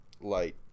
light